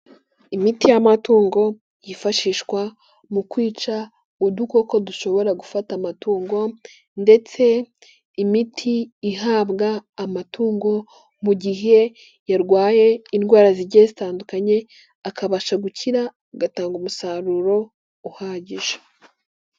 Imiti y'amatungo yifashishwa mu kwica udukoko dushobora gufata amatungo ndetse imiti ihabwa amatungo mu gihe yarwaye indwara zigiye zitandukanye akabasha gukira agatanga umusaruro uhagije.